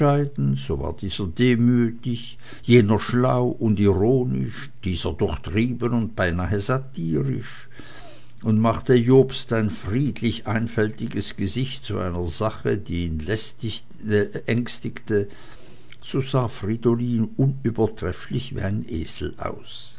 so war dieser demütig jener schlau und ironisch dieser durchtrieben und beinahe satirisch und machte jobst ein friedlich einfältiges gesicht zu einer sache die ihn ängstigte so sah fridolin unübertrefflich wie ein esel aus